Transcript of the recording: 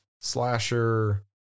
slasher